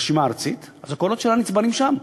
לרשימה הארצית, אז הקולות שלה נצברים שם.